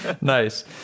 nice